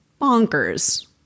bonkers